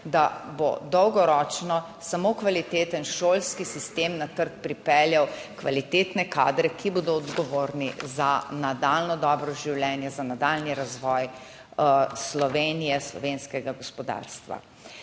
da bo dolgoročno samo kvaliteten šolski sistem na trg pripeljal kvalitetne kadre, ki bodo odgovorni za nadaljnje dobro življenje, za nadaljnji razvoj Slovenije, slovenskega gospodarstva.